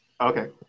Okay